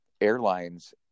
airlines